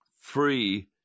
free